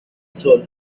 soul